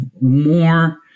more